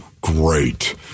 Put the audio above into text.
Great